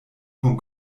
vom